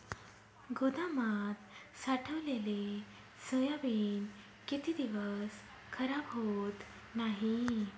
गोदामात साठवलेले सोयाबीन किती दिवस खराब होत नाही?